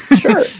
Sure